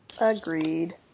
agreed